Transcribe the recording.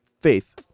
faith